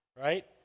right